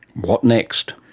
what next?